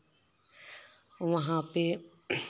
वहाँ पर